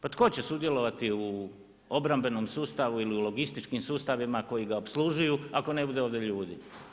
Pa tko će sudjelovati u obrambenom sustavu ili logističkim sustavima koji ga opslužuju ako ne bude ovdje ljudi?